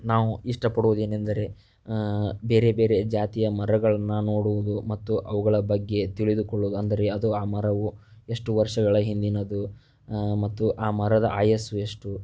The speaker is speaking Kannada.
ನಾವು ಇಷ್ಟಪಡುವುದೇನೆಂದರೆ ಬೇರೆ ಬೇರೆ ಜಾತಿಯ ಮರಗಳನ್ನು ನೋಡುವುದು ಮತ್ತು ಅವುಗಳ ಬಗ್ಗೆ ತಿಳಿದುಕೊಳ್ಳೋದು ಅಂದರೆ ಅದು ಆ ಮರವು ಎಷ್ಟು ವರ್ಷಗಳ ಹಿಂದಿನದು ಮತ್ತು ಆ ಮರದ ಆಯಸ್ಸು ಎಷ್ಟು